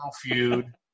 feud